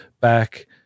back